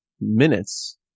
minutes